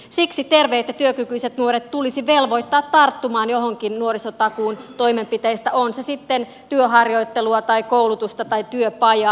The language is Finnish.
siksi terveet ja työkykyiset nuoret tulisi velvoittaa tarttumaan johonkin nuorisotakuun toimenpiteistä on se sitten työharjoittelua tai koulutusta tai työpajaa